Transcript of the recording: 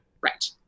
Right